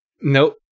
Nope